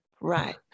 Right